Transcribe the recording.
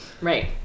right